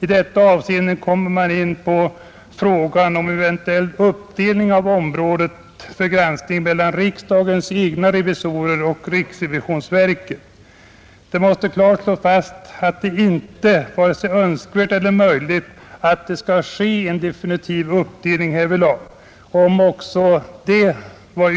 I detta avseende kommer man in på frågan om en eventuell uppdelning av området för granskning mellan riksdagens egna revisorer och riksrevisionsverket. Det måste klart slås fast att det inte vare sig är önskvärt eller möjligt att det sker en definitiv uppdelning härvidlag. Också detta var